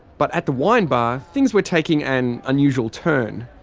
but at the wine bar, things were taking an unusual turn.